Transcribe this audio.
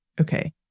Okay